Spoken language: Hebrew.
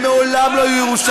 הם מעולם לא היו ירושלמים.